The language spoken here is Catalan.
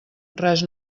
res